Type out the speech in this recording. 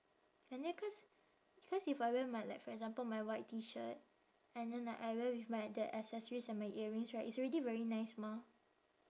and then cause cause if I wear my like for example my white T shirt and then like I wear with my the accessories and my earrings right it's already very nice mah